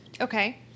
Okay